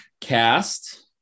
Cast